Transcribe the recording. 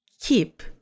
Keep